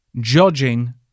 judging